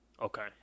Okay